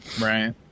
Right